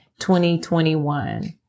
2021